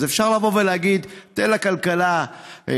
אז אפשר לבוא ולהגיד: תן לכלכלה להתאבד,